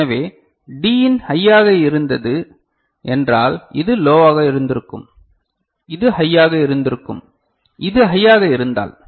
எனவே D இன் ஹையாக இருந்தது என்றால் இது லோவாக இருந்திருக்கும் இது ஹையாக இருந்திருக்கும் இது ஹையாக இருந்தால்